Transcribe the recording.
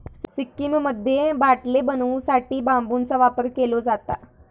सिक्कीममध्ये बाटले बनवू साठी बांबूचा वापर केलो जाता